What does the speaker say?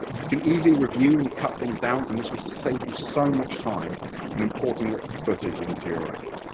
you can easily review and cut things down, and this will save you so much time in importing lots of footage into your app.